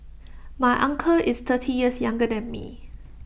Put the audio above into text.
my uncle is thirty years younger than me